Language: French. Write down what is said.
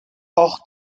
hors